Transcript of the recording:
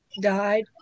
died